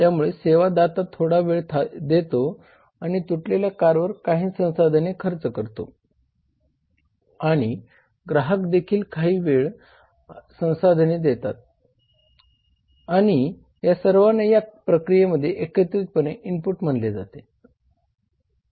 त्यामुळे सेवा दाता थोडा वेळ देतो आणि तुटलेल्या कारवर काही संसाधने खर्च करतो आणि ग्राहक देखील काही वेळ आणि संसाधने देतात आणिया सर्वाना या प्रक्रियेमध्ये एकत्रितपणे इनपुट म्हणले जाते